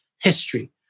history